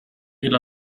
إلى